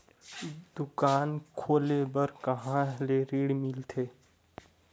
दुकान खोले बार कहा ले ऋण मिलथे?